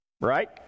right